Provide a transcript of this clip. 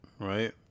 right